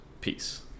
Peace